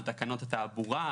על תקנות התעבורה,